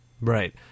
Right